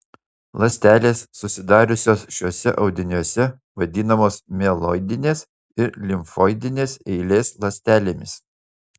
ląstelės susidariusios šiuose audiniuose vadinamos mieloidinės ir limfoidinės eilės ląstelėmis